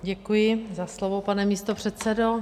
Děkuji za slovo, pane místopředsedo.